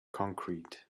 concrete